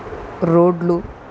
రోడ్లు